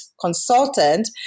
consultant